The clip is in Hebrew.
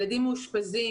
ילדים מאושפזים,